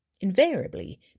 invariably